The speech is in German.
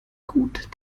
gut